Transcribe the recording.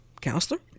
counselor